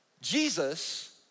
Jesus